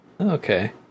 Okay